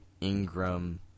Ingram